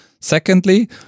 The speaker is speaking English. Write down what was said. Secondly